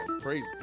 Praise